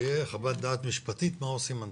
שתהיה חוות דעת משפטית מה עושים עם הנתונים.